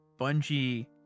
Bungie